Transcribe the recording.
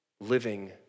Living